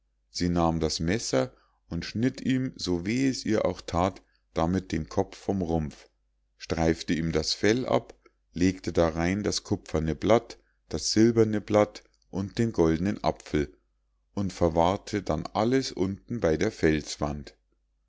sie nahm das messer und schnitt ihm so weh es ihr auch that damit den kopf vom rumpf streifte ihm das fell ab legte darein das kupferne blatt das silberne blatt und den goldnen apfel und verwahrte dann alles unten bei der felswand